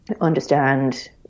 understand